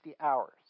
hours